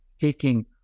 taking